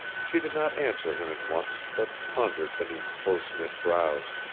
she did not answer him at once, but pondered beneath close-knit brows.